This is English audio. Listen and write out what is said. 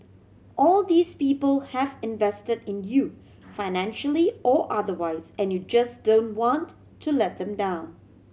all these people have invested in you financially or otherwise and you just don't want to let them down